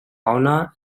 owner